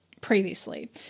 previously